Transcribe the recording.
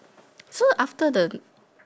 so after the